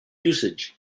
usage